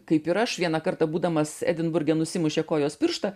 kaip ir aš vieną kartą būdamas edinburge nusimušė kojos pirštą